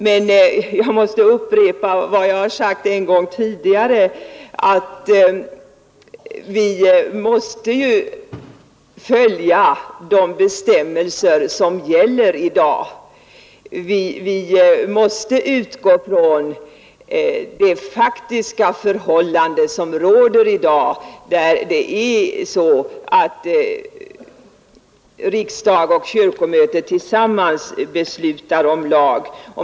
Men jag vill upprepa vad jag har sagt en gång tidigare — att vi måste följa de bestämmelser som gäller för närvarande. Vi mäste utgå från de faktiska förhållanden som råder i dag, nämligen att riksdagen och kyrkomötet tillsammans beslutar om lag.